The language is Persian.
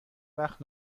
وقت